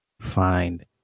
find